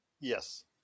Yes